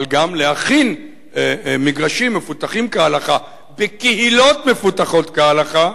אבל גם להכין מגרשים מפותחים כהלכה בקהילות מפותחות כהלכה,